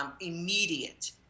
immediate